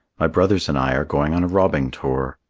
my brothers and i are going on a robbing tour.